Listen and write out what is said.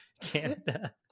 canada